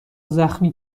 زخمی